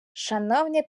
шановні